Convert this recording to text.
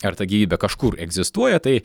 ar ta gyvybė kažkur egzistuoja tai